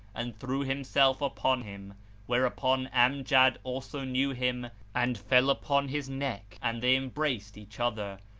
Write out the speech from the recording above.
and threw himself upon him whereupon amjad also knew him and fell upon his neck and they embraced each other,